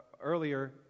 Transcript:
earlier